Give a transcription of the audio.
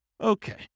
Okay